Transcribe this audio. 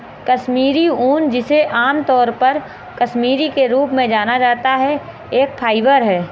कश्मीरी ऊन, जिसे आमतौर पर कश्मीरी के रूप में जाना जाता है, एक फाइबर है